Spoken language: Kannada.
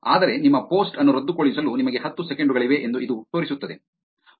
ಆದರೆ ನಿಮ್ಮ ಪೋಸ್ಟ್ ಅನ್ನು ರದ್ದುಗೊಳಿಸಲು ನಿಮಗೆ ಹತ್ತು ಸೆಕೆಂಡು ಗಳಿವೆ ಎಂದು ಇದು ತೋರಿಸುತ್ತದೆ